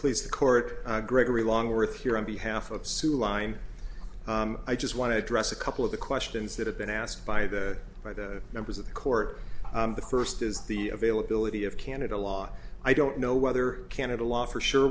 please the court gregory longworth here on behalf of sue line i just want to address a couple of the questions that have been asked by the by the members of the court the first is the availability of canada law i don't know whether canada law for sure